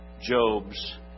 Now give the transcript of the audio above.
Job's